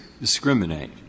discriminate